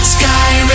Sky